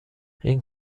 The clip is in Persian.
این